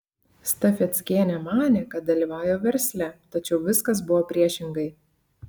stafeckienė manė kad dalyvauja versle tačiau viskas buvo priešingai